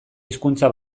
hizkuntza